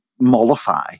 mollify